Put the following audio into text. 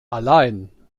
allein